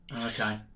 okay